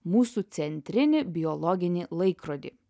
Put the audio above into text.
mūsų centrinį biologinį laikrodį